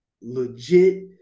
legit